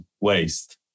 waste